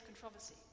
controversy